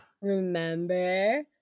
Remember